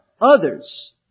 others